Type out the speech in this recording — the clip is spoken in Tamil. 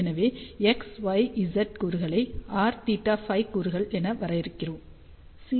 எனவே x y z கூறுகளை r θ மற்றும் φ கூறுகள் என வரையறுக்க முடியும்